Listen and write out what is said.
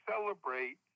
celebrate